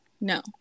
no